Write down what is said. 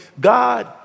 God